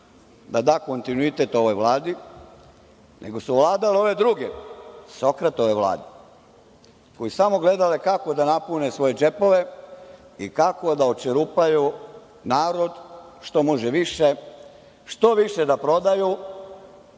da da kontinuitet ovoj Vladi, nego su vladale ove druge, Sokratove vlade, koje su samo gledale kako da napune svoje džepove i kako da očerupaju narod što može više, što više da prodaju,